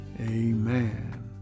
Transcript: amen